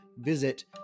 visit